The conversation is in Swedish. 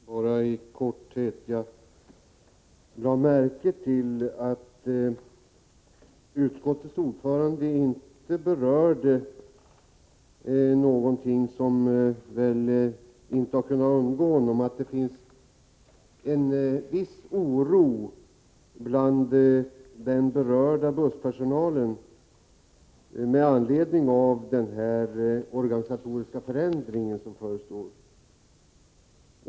Herr talman! Bara i all korthet: Jag lade märke till att utskottets ordförande inte berörde något som väl inte har kunnat undgå honom — att det finns en viss oro bland den berörda busspersonalen med anledning av den organisatoriska förändring som förestår.